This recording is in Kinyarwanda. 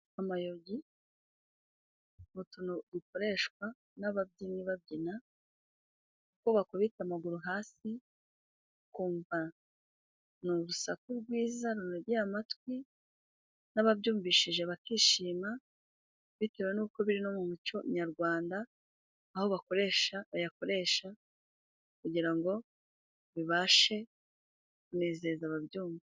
Amayogi ni utuntu dukoreshwa n'ababyinnyi babyina, kuko bakubita amaguru hasi ukumva ni urusaku rwiza runogeye amatwi, n'ababyumvishije bakishima, bitewe n'uko biri no mu muco nyarwanda, aho bakoresha, bayakoresha kugirango bibashe kunezeza ababyumva.